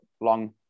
long